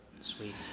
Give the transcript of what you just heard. Sweet